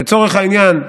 לצורך העניין,